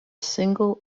single